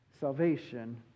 salvation